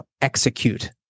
execute